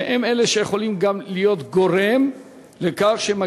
שהם אלה שיכולים גם להיות גורם לכך שהם